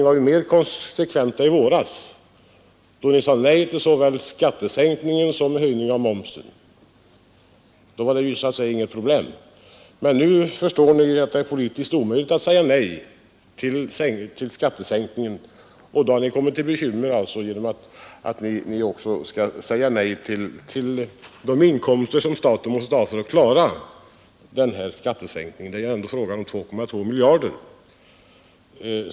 Ni var ju mer konsekventa i våras, då ni sade nej till såväl skattesänkningen som höjningen av momsen. Då var det så att säga inget problem, men nu förstår ni att det är politiskt omöjligt att säga nej till skattesänkningen, och då har ni fått bekymmer genom att ni också skall säga nej till de inkomster som staten måste ha för att klara den här skattesänkningen. Det rör sig ändå om 2,2 miljarder.